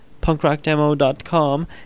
punkrockdemo.com